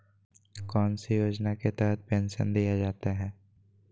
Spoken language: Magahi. कौन सी योजना के तहत पेंसन दिया जाता है?